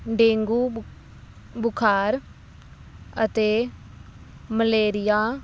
dengue ਬੁਖਾਰ ਅਤੇ malaria